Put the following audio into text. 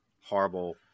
horrible